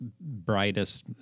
brightest